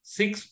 six